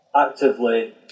actively